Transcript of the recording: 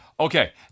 Okay